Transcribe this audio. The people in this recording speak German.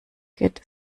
geht